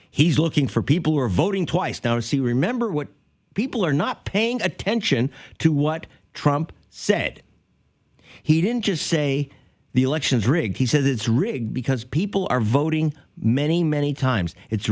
he's looking for people who are voting twice now to see remember what people are not paying attention to what trump said he didn't just say the elections rig he says it's rigged because people are voting many many times it's